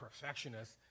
perfectionist